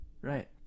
Right